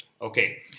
Okay